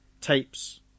tapes